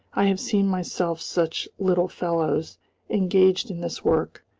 i have seen myself such little fellows engaged in this work,